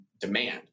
demand